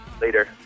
Later